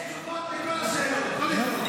יש תשובות על כל השאלות, לא לדאוג.